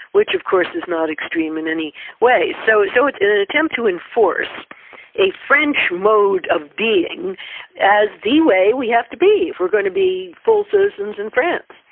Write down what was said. which of course is not extreme in any way. so so it's an attempt to enforce a french mode of being as the way we have to be if we're going to be full citizens in france.